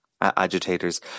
agitators